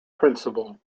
principle